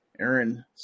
Aaron